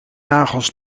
nagels